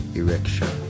erection